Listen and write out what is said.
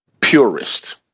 purist